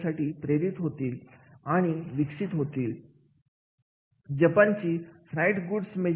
आणि एवढं करून सुद्धा काही अडचणी येत असतील तर यासाठी गरजेचे मूल्यांकन करणे महत्त्वाचे ठरते